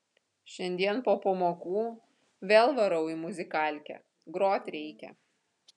šiandien po pamokų vėl varau į muzikalkę grot reikia